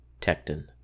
Tecton